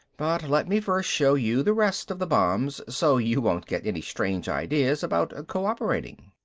but let me first show you the rest of the bombs, so you won't get any strange ideas about co-operating.